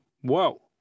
whoa